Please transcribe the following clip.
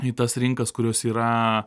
į tas rinkas kurios yra